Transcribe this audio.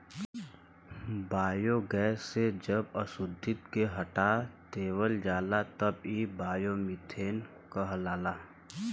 biogas से जब अशुद्धि के हटा देवल जाला तब इ बायोमीथेन कहलाला